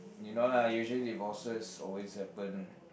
you know lah usually divorces always happen